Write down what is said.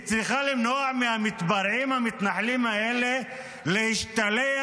היא צריכה למנוע מהמתפרעים המתנחלים האלה להשתלח